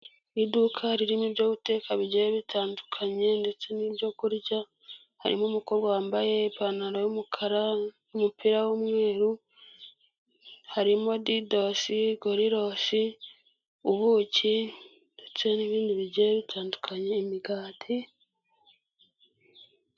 Iduka ririmo ibyo guteka bigiye bitandukanye ndetse n'ibyo kurya, harimo umukobwa wambaye ipantaro y'umukara n'umupira w'umweru, harimo didosi, gorirosi, ubuki ndetse n'ibindi bigiye bitandukanye, imigati...